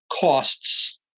costs